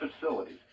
facilities